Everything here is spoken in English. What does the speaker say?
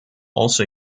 also